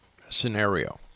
scenario